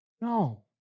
No